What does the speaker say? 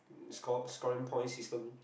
score score rank point system